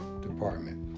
department